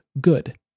good